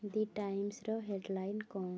ଦ ଟାଇମ୍ସ୍ର ହେଡ଼୍ଲାଇନ୍ କ'ଣ